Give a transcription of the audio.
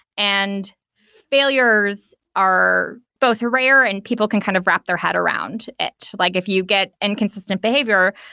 and failures are both rare and people can kind of wrap their head around it. like if you get inconsistent behavior,